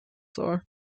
soll